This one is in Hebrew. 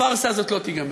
הפארסה הזאת לא תיגמר.